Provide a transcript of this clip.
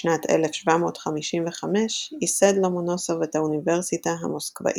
בשנת 1755 ייסד לומונוסוב את האוניברסיטה המוסקבאית.